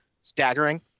staggering